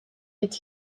dit